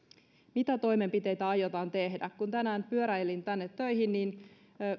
mitä toimenpiteitä aiotaan tehdä kun tänään pyöräilin tänne töihin niin